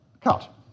cut